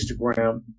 Instagram